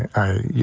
and i. yeah